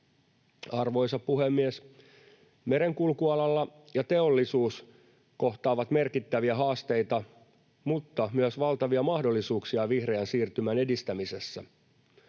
Arvoisa puhemies! Merenkulkuala ja teollisuus kohtaavat merkittäviä haasteita mutta myös valtavia mahdollisuuksia vihreän siirtymän edistämisessä.